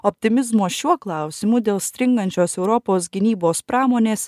optimizmo šiuo klausimu dėl stringančios europos gynybos pramonės